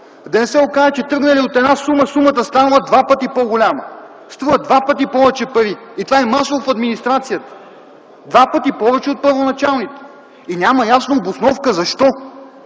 Да не се окаже, че тръгнали от една сума, сумата станала два пъти по-голяма, струва два пъти повече пари и това е масово в администрацията – два пъти повече от първоначалните. И няма ясна обосновка защо.